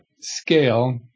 scale